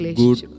good